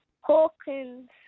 Hawkins